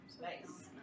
Nice